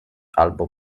albo